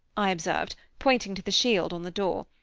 i observed, pointing to the shield on the door,